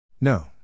No